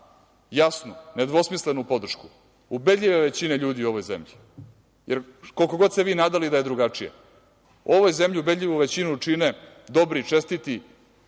jasnu, nedvosmislenu podršku ubedljive većine ljudi u ovoj zemlji, jer koliko god se vi nadali da je drugačije u ovoj zemlji ubedljivu većinu čine dobri i čestiti,